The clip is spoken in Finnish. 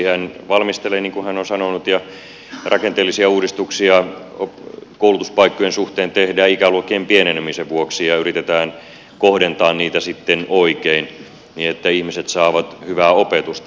hän valmistelee niin kuin hän on sanonut ja rakenteellisia uudistuksia koulutuspaikkojen suhteen tehdään ikäluokkien pienenemisen vuoksi ja yritetään kohdentaa niitä sitten oikein niin että ihmiset saavat hyvää opetusta